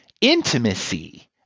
intimacy